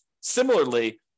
Similarly